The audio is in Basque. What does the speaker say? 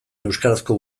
euskarazko